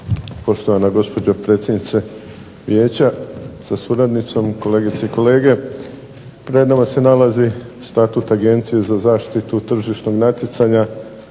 poštovana gospođo predsjednice Vijeća sa suradnicom, kolegice i kolege. Pred nama se nalazi Statuta Agencije za zaštitu tržišnog natjecanja,